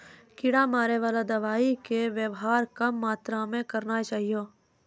कीड़ा मारैवाला दवाइ के वेवहार कम मात्रा मे करना चाहियो